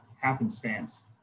happenstance